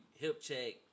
Hipcheck